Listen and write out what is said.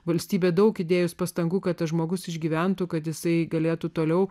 valstybė daug įdėjus pastangų kad žmogus išgyventų kad jisai galėtų toliau